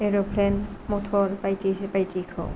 aeroplane मथर बायदि बायदिखौ